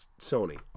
Sony